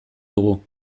dugu